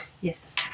Yes